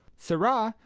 sirrah,